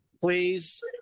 Please